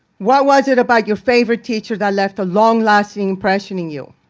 what was it about your favorite teacher that left the long-lasting impression in you?